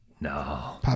No